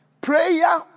Prayer